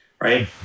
Right